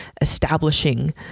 establishing